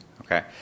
Okay